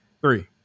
Three